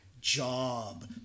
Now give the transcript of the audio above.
job